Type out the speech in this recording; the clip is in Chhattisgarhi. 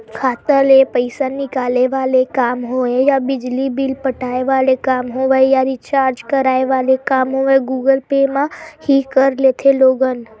खाता ले पइसा निकाले वाले काम होय या बिजली बिल पटाय वाले काम होवय या रिचार्ज कराय वाले काम होवय गुगल पे म ही कर लेथे लोगन